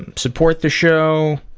and support the show!